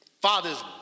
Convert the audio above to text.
Father's